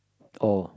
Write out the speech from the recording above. oh